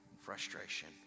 frustration